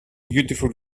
beautiful